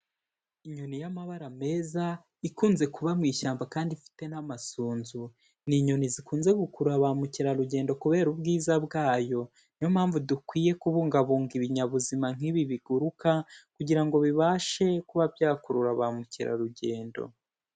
Inyoni y'amabara meza, ikunze kuba mu ishyamba kandi ifite n'amasunzu. Ni inyoni zikunze gukurura ba mukerarugendo kubera ubwiza bwayo. Ni yo mpamvu dukwiye kubungabunga ibinyabuzima nk'ibi biguruka, kugira ngo bibashe kuba byakurura ba mukerarugendo.